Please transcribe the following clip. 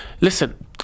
listen